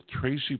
Tracy